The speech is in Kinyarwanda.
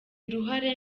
uruhare